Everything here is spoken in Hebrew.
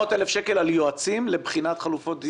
900,000 שקל על יועצים לבחינת חלופות דיור?